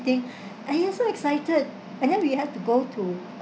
!aiyo! so excited and then we have to go to